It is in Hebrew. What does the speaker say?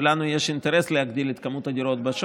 ולנו יש אינטרס להגדיל את מספר הדירות בשוק.